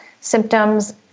symptoms